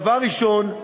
דבר ראשון,